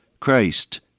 Christ